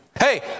Hey